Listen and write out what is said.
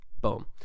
boom